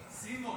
סימון.